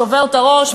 שובר את הראש,